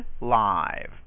live